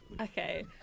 Okay